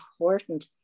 important